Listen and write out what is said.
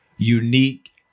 unique